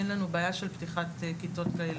אין לנו בעיה של פתיחת כיתות כאלה.